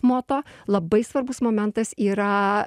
moto labai svarbus momentas yra